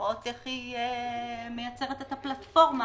ולראות איך היא מייצרת את הפלטפורמה